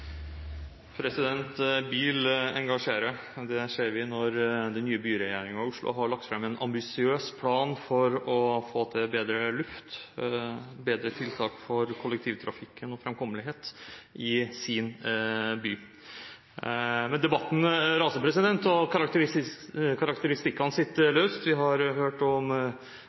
Bil engasjerer. Det ser vi når den nye byregjeringen i Oslo har lagt fram en ambisiøs plan for å få til bedre luft og bedre tiltak for kollektivtrafikken og framkommelighet i sin by. Men debatten raser, og karakteristikkene